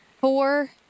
four